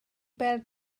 bêl